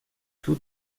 tous